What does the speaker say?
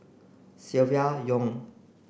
Silvia Yong